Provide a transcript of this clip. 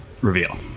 reveal